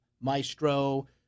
Maestro